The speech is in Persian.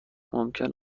ممکن